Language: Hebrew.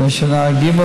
שהפחידה כל כך הרבה גורמים